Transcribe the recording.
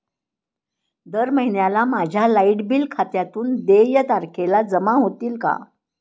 दर महिन्याला माझ्या लाइट बिल खात्यातून देय तारखेला जमा होतील का?